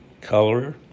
color